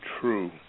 true